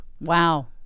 Wow